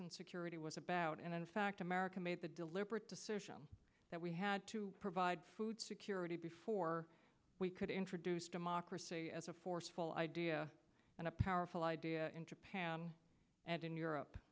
and security was about and in fact america made the deliberate decision that we had to provide food security before we could introduce democracy as a forceful idea and a powerful idea in japan and in europe